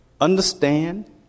understand